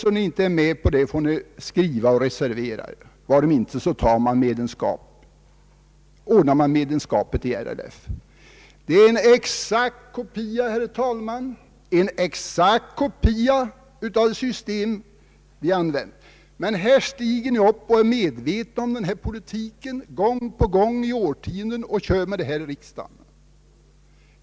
”Är ni inte med på det får ni skriva och reservera er.” Det är en exakt kopia, herr talman, av det system som vi har använt. Trots detta har talare, medvetna om denna politik, gång på gång under årtionden tagit upp frågan i riksdagen och riktat ensidigt angrepp mot socialdemokraterna och LO rörelsen.